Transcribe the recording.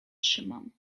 trzymam